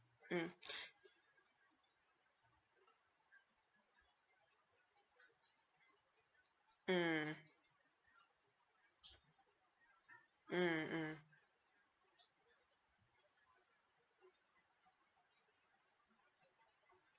mm mm mm mm